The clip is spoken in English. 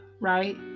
right